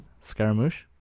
Scaramouche